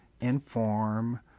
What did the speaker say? inform